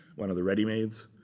one of the ready-mades.